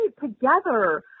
together